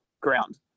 ground